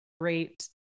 great